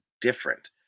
different